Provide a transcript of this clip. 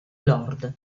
lord